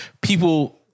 people